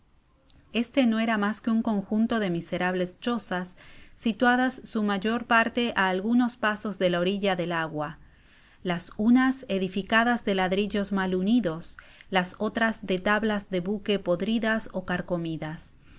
este no era mas que un conjunto de miserables chozas situadas su mayor parte á algunos pasos de la orilla del agua las unas edificadas de ladrillos mal unidos las otras de tablas de buque podridas o carcomidas